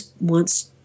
wants